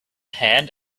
hand